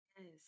yes